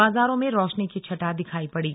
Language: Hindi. बाजारों में रोशनी की छटा दिखाई पड़ी